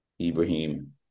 Ibrahim